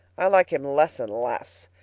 i like him less and less,